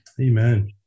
Amen